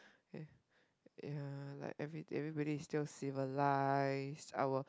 okay yeah like every everybody is still civilised our